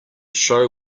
show